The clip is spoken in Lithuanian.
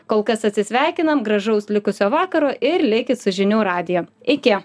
kol kas atsisveikinam gražaus likusio vakaro ir likit su žinių radiju iki